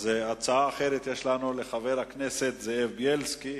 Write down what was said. הצעה אחרת לחבר הכנסת זאב בילסקי.